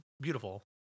beautiful